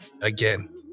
Again